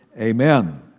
Amen